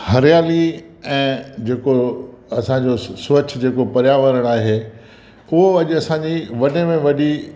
हरियाली ऐं जेको असांजो स स्वच्छ जेको पर्यावरण आहे उहो अॼु असांजी वॾे में वॾी